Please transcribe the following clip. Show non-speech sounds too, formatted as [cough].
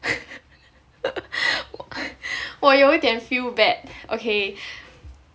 [laughs] 我有一点 feel bad okay